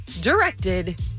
directed